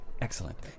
Excellent